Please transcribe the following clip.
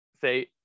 say